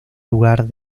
lugar